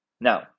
Now